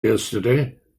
yesterday